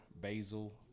basil